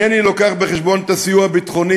ואינני לוקח בחשבון את הסיוע הביטחוני,